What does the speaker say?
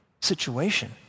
situation